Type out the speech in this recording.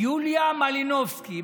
ויוליה מלינובסקי,